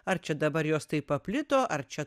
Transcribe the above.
ar čia dabar jos taip paplito ar čia